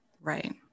Right